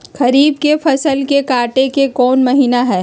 खरीफ के फसल के कटे के कोंन महिना हई?